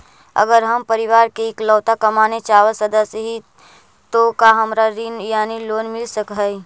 अगर हम परिवार के इकलौता कमाने चावल सदस्य ही तो का हमरा ऋण यानी लोन मिल सक हई?